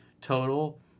total